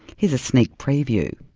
here's a sneak preview.